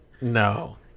No